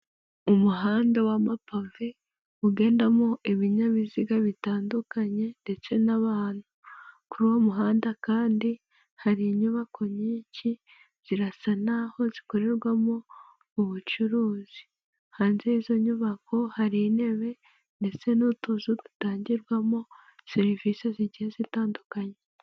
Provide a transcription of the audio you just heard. Umuhanda wa mapave, ugendamo ibinyabiziga bitandukanye ndetse n'abantu, kuri uwo muhanda kandi hari inyubako nyinshi zirasa n'aho zikorerwamo ubucuruzi, hanze y'izo nyubako hari intebe ndetse n'utuzu dutangirwamo serivisi zigiye zitandukanye.